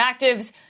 actives